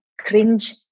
cringe